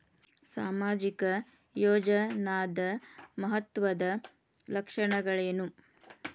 ಸಾಮಾಜಿಕ ಯೋಜನಾದ ಮಹತ್ವದ್ದ ಲಕ್ಷಣಗಳೇನು?